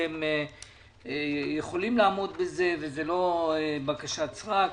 אתם יכולים לעמוד בזה וזה לא בקשת סרק.